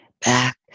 Back